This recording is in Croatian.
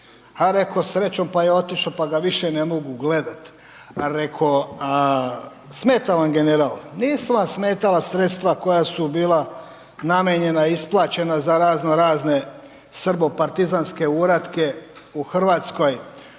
A rekao, srećom pa je otišao pa ga više ne mogu gledati. Reko, smeta vam „General“. Nisu vam smetala sredstva koja su bila namijenjena, isplaćena za razno-razne srbo-partizanske uratke u Hrvatskoj